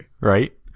right